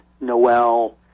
Noel